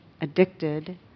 addicted